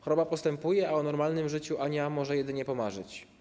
Choroba postępuje, a o normalnym życiu Ania może jedynie pomarzyć.